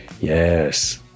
Yes